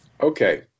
Okay